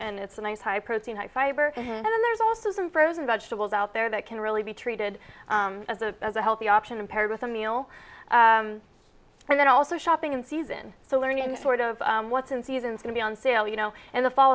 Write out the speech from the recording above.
and it's a nice high protein high fiber and there's also some frozen vegetables out there that can really be treated as a as a healthy option and paired with a meal and then also shopping in season so learning sort of what's in season to be on sale you know in the fall